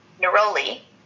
neroli